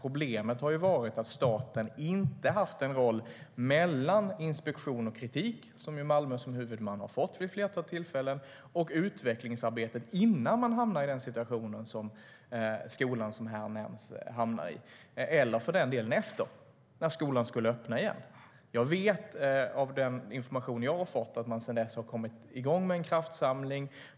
Problemet har varit att staten inte har haft en roll mellan inspektion och kritik - Malmö har ju som huvudman fått det vid ett flertal tillfällen - och utvecklingsarbetet innan man hamnar i den situation som den skola som här nämns hamnar i eller för den delen efteråt, när skolan skulle öppna igen. Av den information som jag har fått vet jag att man sedan dess har kommit igång med en kraftsamling.